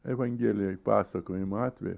evangelijoj pasakojamu atveju